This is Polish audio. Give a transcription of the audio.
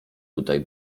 tutaj